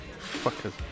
Fuckers